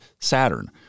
Saturn